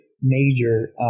Major